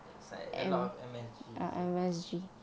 it's like a lot of M_S_G is it